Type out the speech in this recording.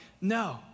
no